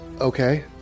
okay